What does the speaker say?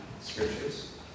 scriptures